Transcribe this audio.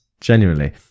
Genuinely